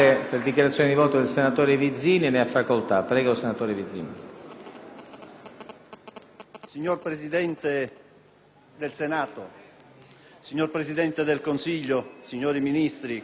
Signor Presidente del Senato, signor Presidente del Consiglio, signori Ministri, colleghi, desidero iniziare il